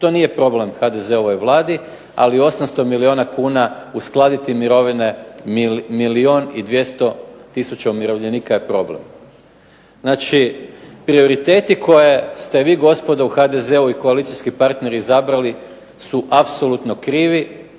to nije problem HDZ-ovoj Vladi ali 800 milijuna kuna uskladiti mirovine, milijun i 200 tisuća umirovljenika je problem. Znači prioriteti koje ste vi gospodo u HDZ-u i koalicijski partneri izabrali su apsolutno krivi